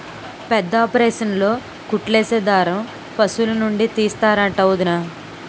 పెద్దాపరేసన్లో కుట్లేసే దారం పశులనుండి తీస్తరంట వొదినా